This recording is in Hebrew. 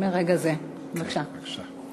מרגע זה, בבקשה.